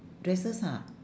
dresses ha